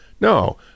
No